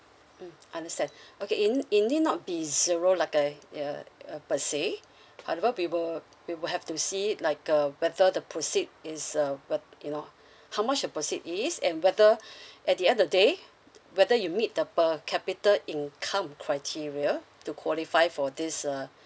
mm understand okay in in need not be zero like I (uh uh per say however we will we will have to see it like uh whether the proceed is uh whe~ you know how much your proceed is and whether at the end of the day whether you meet the per capita income criteria to qualify for this uh